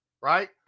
right